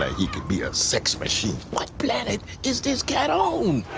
ah he could be a sex machine. what planet is this cat on?